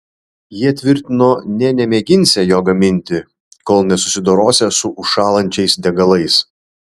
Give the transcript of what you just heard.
jie tvirtino nė nemėginsią jo gaminti kol nesusidorosią su užšąlančiais degalais